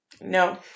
No